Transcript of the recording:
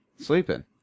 Sleeping